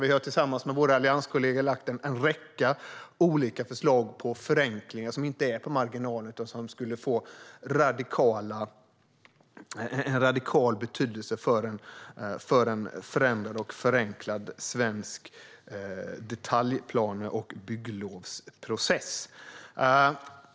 Vi har tillsammans med våra allianskollegor lagt fram en räcka av olika förslag på förenklingar som inte är på marginalen utan som skulle få en radikal betydelse för en förändrad och förenklad svensk detaljplane och bygglovsprocess.